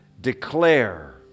declare